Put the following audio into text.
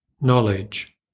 knowledge